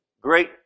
great